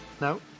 No